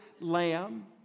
lamb